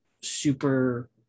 super